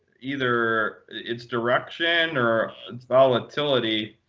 either its direction or its volatility.